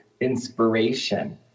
inspiration